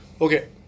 okay